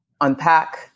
unpack